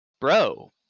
Bro